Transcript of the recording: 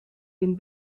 den